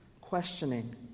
questioning